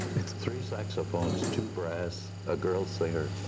three saxophones, two brass, a girl singer,